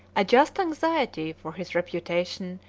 a just anxiety for his reputation,